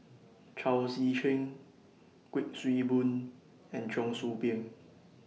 Chao Tzee Cheng Kuik Swee Boon and Cheong Soo Pieng